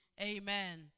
Amen